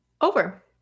over